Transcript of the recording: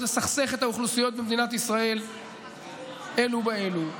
לסכסך את האוכלוסיות במדינת ישראל אלו באלו.